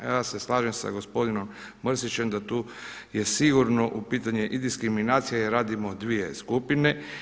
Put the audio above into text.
Ja se slažem sa gospodinom Mrsićem da tu je sigurno u pitanju i diskriminacija i radimo dvije skupine.